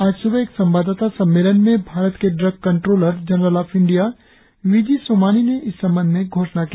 आज स्बह एक संवादादता संवेलन में भारत के drug controller general of India V G Somani ने इस संबंध में घोषणा की